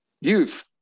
youth